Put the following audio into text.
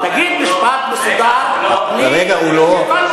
תגיד משפט מסודר בלי, רגע, הוא לא?